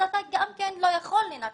אתה גם כן לא יכול לנצל.